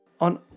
On